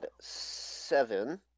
seven